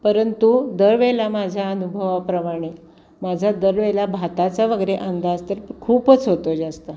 परंतु दरवेळेला माझ्या अनुभवाप्रमाणे माझा दरवेळेला भाताचा वगैरे अंदाज तर खूपच होतो जास्त